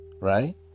right